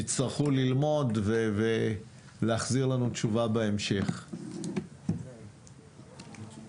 אני גם לא רוצה